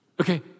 Okay